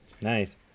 Nice